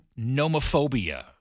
nomophobia